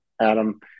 Adam